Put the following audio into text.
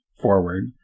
forward